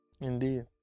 Indeed